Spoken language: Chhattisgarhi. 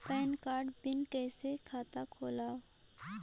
पैन कारड बिना कइसे खाता खोलव?